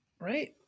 right